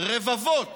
רבבות